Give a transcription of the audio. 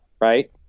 Right